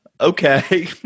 okay